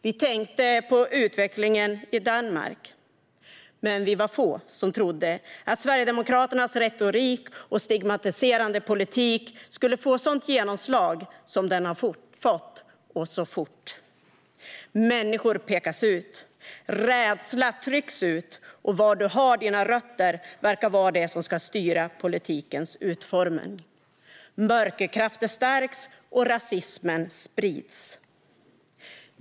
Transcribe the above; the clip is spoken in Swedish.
Vi tänkte på utvecklingen i Danmark, men vi var få som trodde att Sverigedemokraternas retorik och stigmatiserande politik skulle få ett sådant genomslag som det har fått och så fort. Människor pekas ut. Rädsla trycks ut, och var du har dina rötter verkar vara det som ska styra politikens utformning. Mörkerkrafter stärks, och rasismen sprids.